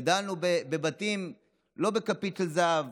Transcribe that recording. גדלנו בבתים לא עם כפית של זהב.